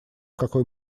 какой